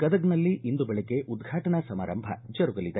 ಗದಗನಲ್ಲಿ ಇಂದು ಬೆಳಗ್ಗೆ ಉದ್ಘಾಟನಾ ಸಮಾರಂಭ ಜರುಗಲಿದೆ